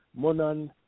Monan